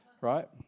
right